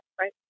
right